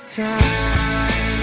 time